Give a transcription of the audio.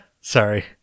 sorry